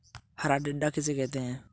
हरा टिड्डा किसे कहते हैं?